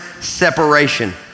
Separation